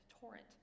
torrent